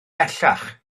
bellach